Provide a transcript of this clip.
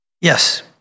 Yes